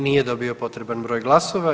Nije dobio potreban broj glasova.